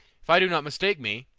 if i do not mistake me,